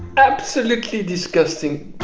absolutely disgusting.